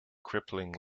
crippling